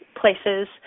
places